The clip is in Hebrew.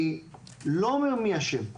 אני לא אומר מי אשם,